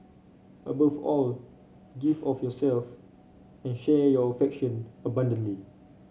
above all give of yourself and share your affectiona bundantly